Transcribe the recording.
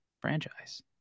franchise